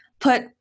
put